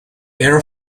air